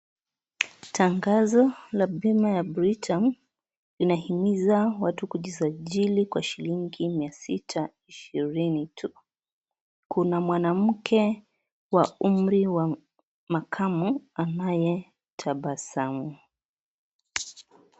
Tangazo la bima ya Britam, inahimiza watu kujisajili kwa shillingi mia sita ishirini tu. Kuna mwanamke wa umri wa makamu, anayetabasamu.